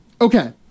Okay